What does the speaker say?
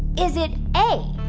is it a,